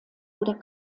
oder